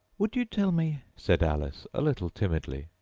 would you tell me said alice, a little timidly,